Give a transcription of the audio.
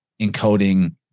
encoding